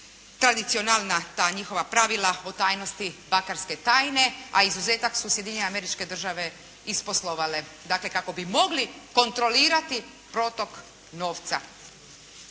tradicionalna ta njihova pravila o tajnosti bakarske tajne, a izuzetak su Sjedinjene Američke Države isposlovale. Dakle kako bi mogli kontrolirati protok novca.